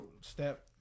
step